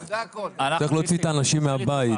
צריך להוציא את האנשים מהבית,